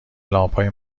لامپهای